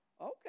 okay